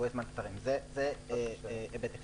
זה היבט אחד.